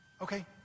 Okay